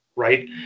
Right